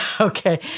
Okay